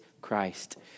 Christ